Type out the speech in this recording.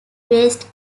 based